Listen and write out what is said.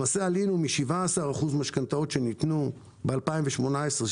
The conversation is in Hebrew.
למעשה עלינו מ-17% משכנתאות שניתנו ב-2018,